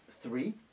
three